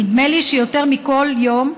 נדמה לי שיותר מכל יום,